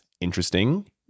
interesting